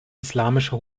islamische